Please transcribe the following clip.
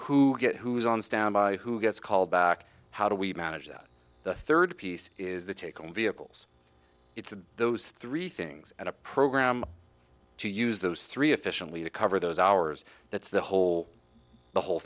who get who's on standby who gets called back how do we manage that the third piece is the take on vehicles it's those three things and a program to use those three efficiently to cover those hours that's the whole the whole